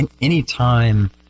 anytime